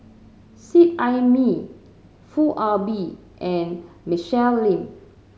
Seet Ai Mee Foo Ah Bee and Michelle Lim